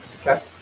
Okay